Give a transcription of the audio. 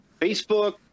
facebook